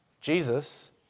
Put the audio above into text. Jesus